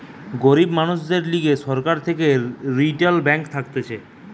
গরিব মানুষদের লিগে সরকার থেকে রিইটাল ব্যাঙ্ক থাকতিছে